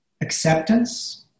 acceptance